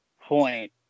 point